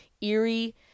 eerie